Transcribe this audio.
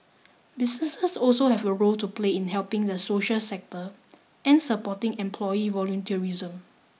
businesses also have a role to play in helping the social sector and supporting employee volunteerism